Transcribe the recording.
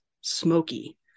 smoky